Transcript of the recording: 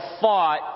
fought